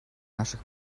наших